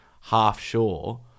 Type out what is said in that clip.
half-sure